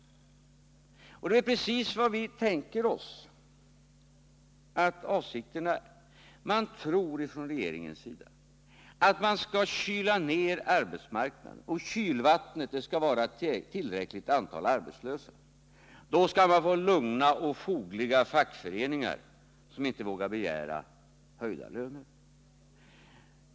Och det är precis vad vi tänker oss att avsikterna är. Man tror från regeringens sida att man skall kyla ned arbetsmarknaden. Kylvattnet skall vara ett tillräckligt antal arbetslösa. Då får man lugna och fogliga fackföreningar som inte vågar begära höjda löner.